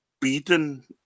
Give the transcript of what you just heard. beaten